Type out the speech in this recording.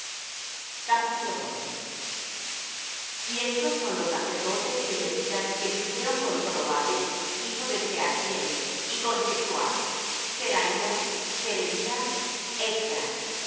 de benjamín y estos son los sacerdotes y levitas que subieron con zorobabel hijo de sealthiel y con jesuá seraías jeremías esdras